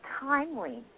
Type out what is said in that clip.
Timely